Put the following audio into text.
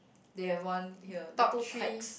they have one here little tights